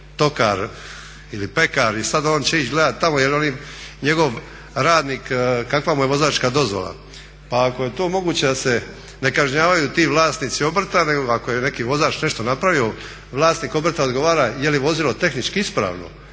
tokar ili pekar i sad on će ići gledati da li oni njegov radnik kakva mu je vozačka dozvola. Pa ako je to moguće da se ne kažnjavaju ti vlasnici obrta, nego ako je neki vozač nešto napravio, vlasnik obrta odgovara je li vozilo tehnički ispravno